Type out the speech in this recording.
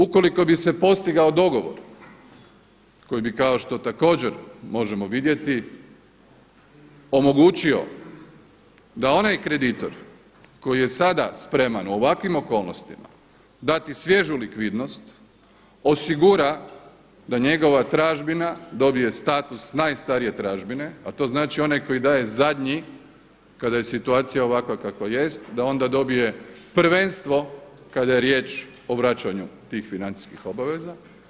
Ukoliko bi se postigao dogovor koji bi kao što također možemo vidjeti omogućio da onaj kreditor koji je sada spreman u ovakvim okolnostima dati svježu likvidnost osigura da njegova tražbina dobije status najstarije tražbine, a to znači onaj koji daje zadnji kada je situacija ovakva kakva jest, da onda dobije prvenstvo kada je riječ o vraćanju tih financijskih obaveza.